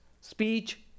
speech